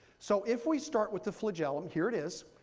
so if we start with the flagellum, here it is,